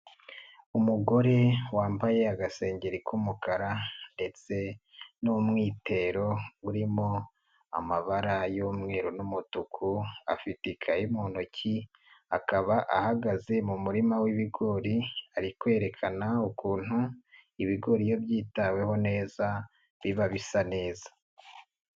Umugore wambaye agasengeri k'umukara ndetse n'umwitero urimo amabara y'umweru n'umutuku afite ikayi mu ntoki akaba ahagaze mu murima w'ibigori ari kwerekana ukuntu ibigori iyo byitaweho neza biba bisa neza.